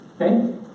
Okay